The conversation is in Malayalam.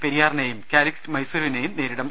പെരിയാറിനെയും കാലിക്കറ്റ് മൈസുരിനെയും നേരിടും